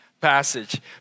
passage